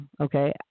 Okay